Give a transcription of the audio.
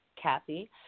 Kathy